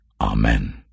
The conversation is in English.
Amen